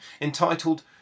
entitled